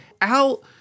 Al